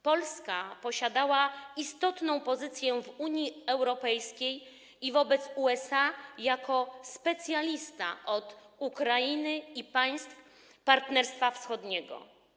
Polska posiadała istotną pozycję w Unii Europejskiej i wobec USA jako specjalista od Ukrainy i państw Partnerstwa Wschodniego.